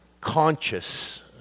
conscious